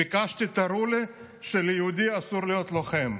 וביקשתי: תראו לי שליהודי אסור להיות לוחם.